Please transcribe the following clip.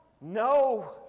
No